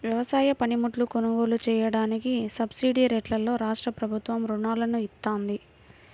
వ్యవసాయ పనిముట్లు కొనుగోలు చెయ్యడానికి సబ్సిడీరేట్లలో రాష్ట్రప్రభుత్వం రుణాలను ఇత్తంది